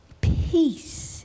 peace